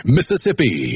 Mississippi